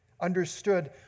understood